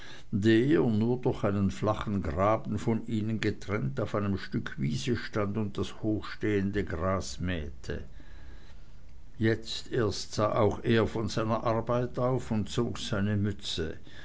nur durch einen flachen graben von ihnen getrennt auf einem stück wiese stand und das hochstehende gras mähte jetzt erst sah auch er von seiner arbeit auf und zog seine mütze